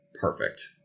perfect